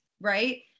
right